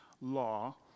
law